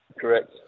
Correct